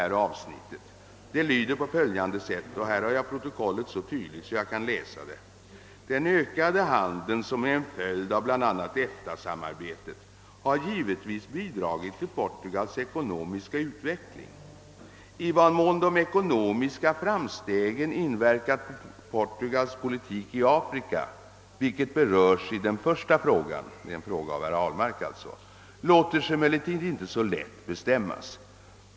Jag skall emellertid ur protokollet läsa upp vad jag sade vid det aktuella tillfället: »Den ökade handeln, som är en följd av bl.a... EFTA-samarbetet, har givetvis bidragit till Portugals ekonomiska utveckling. I vad mån de ekonomiska framstegen inverkat på Portugals politik i Afrika — vilket berörs i den första frågan» — en fråga av herr Ahlmark alltså — »låter sig emellertid inte så lätt bestämmas.